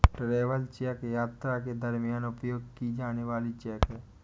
travel cheque यात्रा के दरमियान उपयोग की जाने वाली चेक है